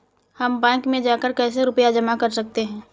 हम बैंक में जाकर कैसे रुपया जमा कर सकते हैं?